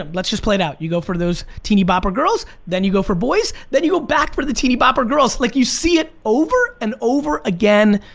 um let's just play it out, you go for those teeny bopper girls, then you go for boys, then you go back for the teeny bopper girls. like you see it over and over again.